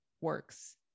works